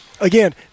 again